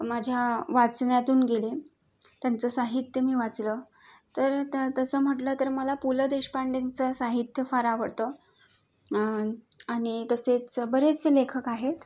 माझ्या वाचना तून गेले त्यांचं साहित्य मी वाचलं तर तसं म्हटलं तर मला पु ल देशपांडेंचं साहित्य फार आवडतं आणि तसेच बरेचसे लेखक आहेत